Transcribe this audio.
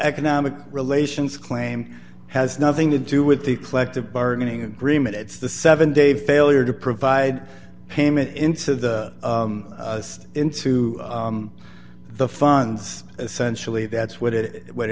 economic relations claim has nothing to do with the collective bargaining agreement it's the seven day failure to provide payment into the into the funds essentially that's what it what